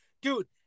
dude